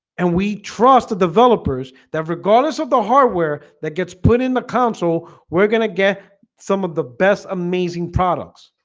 and we trust the developers that regardless of the hardware that gets put in the console we're gonna get some of the best amazing products